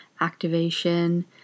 Activation